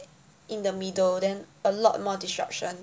in the middle then a lot more disruption